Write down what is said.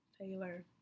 taylor